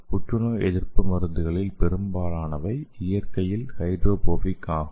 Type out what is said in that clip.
புற்றுநோய் எதிர்ப்பு மருந்துகளில் பெரும்பாலானவை இயற்கையில் ஹைட்ரோபோபிக் ஆகும்